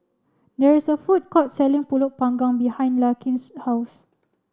there is a food court selling Pulut panggang behind Larkin's house